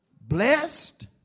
Blessed